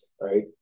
right